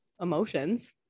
emotions